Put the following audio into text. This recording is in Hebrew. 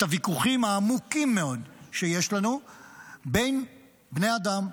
הוויכוחים העמוקים מאוד שיש לנו בין בני אדם,